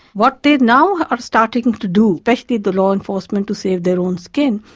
what they are now are starting to do, especially the law enforcement to save their own skin,